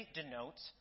denotes